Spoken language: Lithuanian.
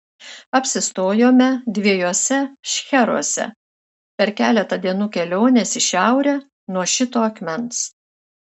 apsistojome dviejuose šcheruose per keletą dienų kelionės į šiaurę nuo šito akmens